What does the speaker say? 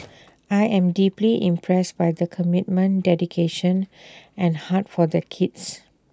I am deeply impressed by the commitment dedication and heart for their kids